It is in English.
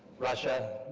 russia,